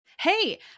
Hey